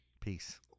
peace